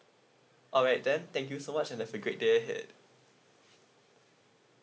alright then thank you so much and have a great day ahead